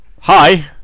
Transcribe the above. Hi